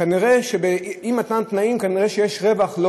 כנראה, באי-מתן תנאים יש לא מעט רווח.